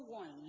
one